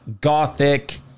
gothic